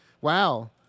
Wow